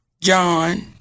John